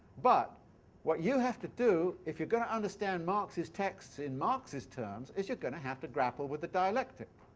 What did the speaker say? but what you have to do if you're going to understand marx's text in marx's terms you're going to have to grapple with the dialectic.